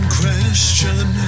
question